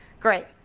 great.